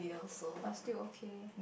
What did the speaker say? but still okay